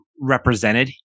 represented